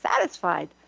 satisfied